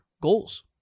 goals